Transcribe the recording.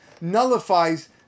nullifies